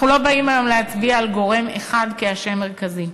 אנחנו לא באים היום להצביע על גורם אחד כאשם מרכזי.